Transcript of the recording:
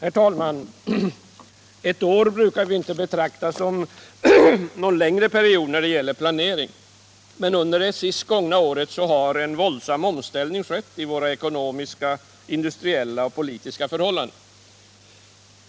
Herr talman! Ett år brukar inte betraktas som någon längre period när det gäller planering. Men under det senaste året har en våldsam omställning skett i vårt ekonomiska, industriella och politiska liv.